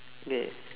K